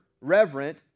reverent